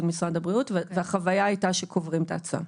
משרד הבריאות והחוויה הייתה שקוברים את ההצעה.